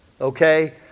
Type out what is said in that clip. okay